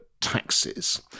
taxes